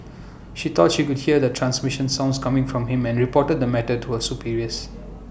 she thought she could hear the transmission sounds coming from him and reported the matter to her superiors